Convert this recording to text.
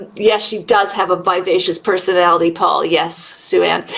yes, she does have a vivacious personality, paul, yes, sue-ann.